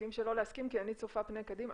נסכים שלא להסכים, כי אני צופה קדימה.